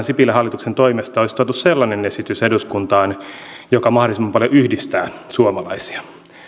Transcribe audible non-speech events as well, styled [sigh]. [unintelligible] sipilän hallituksen toimesta olisi tuotu eduskuntaan sellainen esitys joka mahdollisimman paljon yhdistää suomalaisia ja